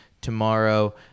tomorrow